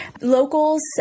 locals